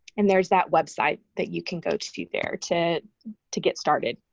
and there's that website that you can go to there to to get started,